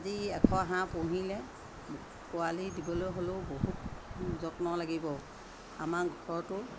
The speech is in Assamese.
আজি এশ হাঁহ পুহিলে পোৱালি দিবলৈ হ'লেও বহুত যত্ন লাগিব আমাৰ ঘৰটো